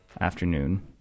afternoon